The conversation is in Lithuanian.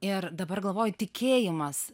ir dabar galvoju tikėjimas